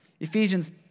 Ephesians